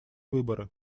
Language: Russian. выборы